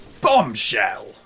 Bombshell